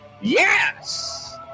Yes